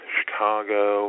Chicago